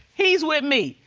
he's with me.